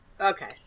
Okay